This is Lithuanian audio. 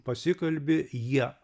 pasikalbi jie